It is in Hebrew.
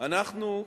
אנחנו,